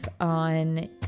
on